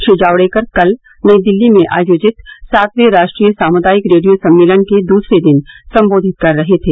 श्री जावड़ेकर कल नई दिल्ली में आयोजित सातवें राष्ट्रीय सामुदायिक रेडियो सम्मेलन के दूसरे दिन संबोधित कर रहे थे